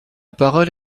parole